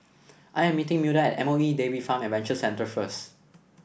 I am meeting Milda at M O E Dairy Farm Adventure Centre first